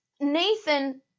Nathan